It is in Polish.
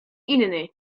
inny